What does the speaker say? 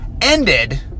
ended